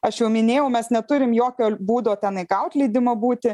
aš jau minėjau mes neturim jo būdo tenai gaut leidimo būti